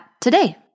today